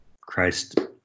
christ